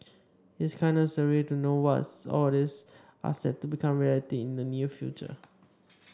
it's kinda surreal to know was all this are set to become reality in the near future